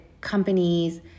companies